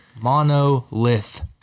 monolith